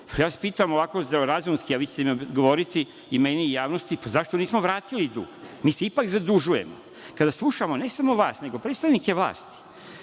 da vas pitam ovako zdravorazumski, a vi ćete nam odgovoriti, i meni i javnosti, pa zašto nismo vratili dug? Mi se ipak zadužujemo. Kada slušamo ne samo vas nego predstavnike vlasti,